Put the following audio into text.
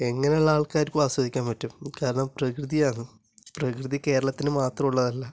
എങ്ങനെ ഉള്ള അൾക്കാർക്കും ആസ്വദിക്കാൻ പറ്റും കാരണം പ്രകൃതിയാണ് പ്രകൃതി കേരളത്തിന് മാത്രമുള്ളതല്ല